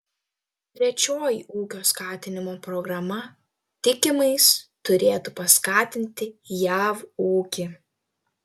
trečioji ūkio skatinimo programa tikimais turėtų paskatinti jav ūkį